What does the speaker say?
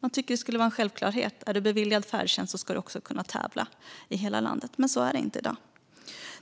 Man tycker att det skulle vara en självklarhet att den som är beviljad färdtjänst ska kunna tävla i hela landet, men så är det inte i dag.